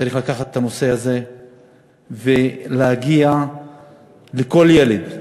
צריך לקחת את הנושא הזה ולהגיע לכל ילד,